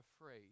afraid